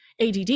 ADD